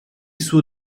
suo